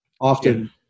often